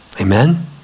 Amen